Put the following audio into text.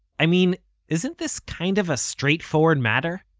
i mean isn't this kind of a straightforward matter?